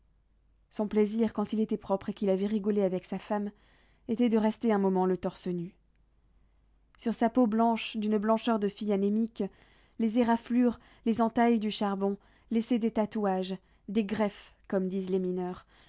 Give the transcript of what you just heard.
son plaisir quand il était propre et qu'il avait rigolé avec sa femme était de rester un moment le torse nu sur sa peau blanche d'une blancheur de fille anémique les éraflures les entailles du charbon laissaient des tatouages des greffes comme disent les mineurs